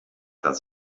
das